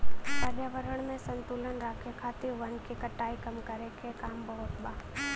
पर्यावरण में संतुलन राखे खातिर वन के कटाई कम करके काम होत बा